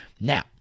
now